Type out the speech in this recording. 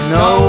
no